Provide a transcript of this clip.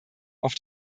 auf